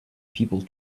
people